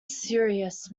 serious